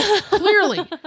clearly